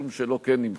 האישום שלו כן נמחק.